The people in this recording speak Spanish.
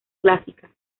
clásica